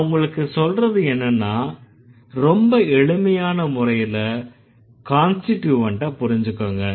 நான் உங்களுக்கு சொல்றது என்னன்னா ரொம்ப எளிமையான முறைல கான்ஸ்டிட்யூவன்ட்ட புரிஞ்சுக்கங்க